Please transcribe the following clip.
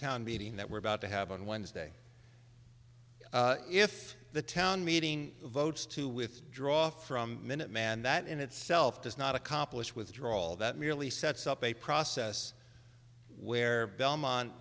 town meeting that we're about to have on wednesday if the town meeting votes to withdraw from minuteman that in itself does not accomplish withdrawal that merely sets up a process where belmont